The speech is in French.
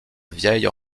vieille